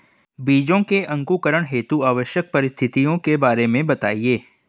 बीजों के अंकुरण हेतु आवश्यक परिस्थितियों के बारे में बताइए